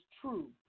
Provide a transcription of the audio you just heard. true